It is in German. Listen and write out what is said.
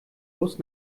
bus